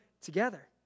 together